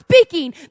Speaking